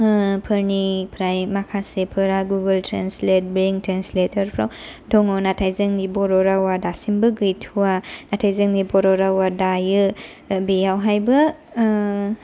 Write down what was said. ओ फोरनिफ्राय माखासेफोरा गुगोल ट्रेनसलेट बेंक ट्रेनसलेटफोराव दङ नाथाय जोंनि बर' रावा दासिमबो गैथ'वा नाथाय जोंनि बर' रावा दायो बेयावहायबो